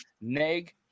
neg